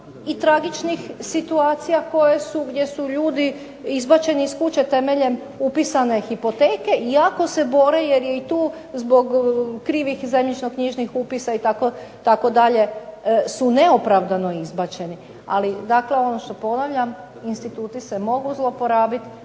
i tragičnih situacija koje su gdje su ljudi izbačeni iz kuća temeljem upisane hipoteke i jako se bore jer je i tu zbog krivih zemljišno knjižnih upisa itd. su neopravdano izbačeni. Dakle, ono što ponavljam instituti se mogu zloporabiti,